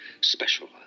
special